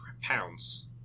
pounds